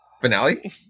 finale